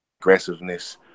aggressiveness